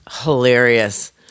hilarious